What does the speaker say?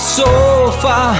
sofa